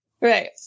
Right